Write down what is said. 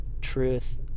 truth